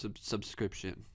Subscription